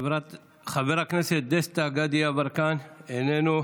חבר הכנסת דסטה גדי יברקן, איננו,